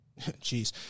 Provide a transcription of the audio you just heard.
Jeez